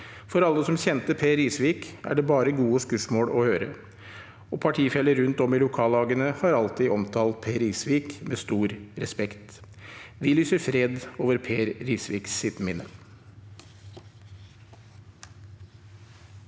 Fra alle som kjente Per Risvik, er det bare gode skussmål å høre, og partifeller rundt om i lokallagene har alltid omtalt Per Risvik med stor respekt. Vi lyser fred over Per Risviks minne.